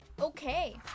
Okay